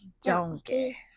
donkey